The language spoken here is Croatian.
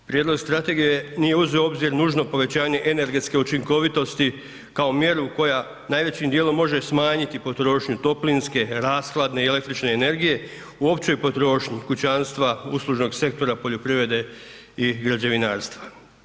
Prijedlog strategije nije uzeo u obzir nužno povećanje energetske učinkovitosti kao mjeru koja najvećim dijelom može smanjiti potrošnju toplinske, rashladne i električne energije u općoj potrošnji kućanstva, uslužnog sektora, poljoprivrede i građevinarstva.